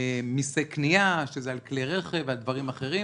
מיסי קניה שזה על כלי רכב ועל דברים אחרים